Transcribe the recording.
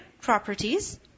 properties